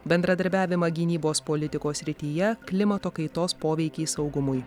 bendradarbiavimą gynybos politikos srityje klimato kaitos poveikį saugumui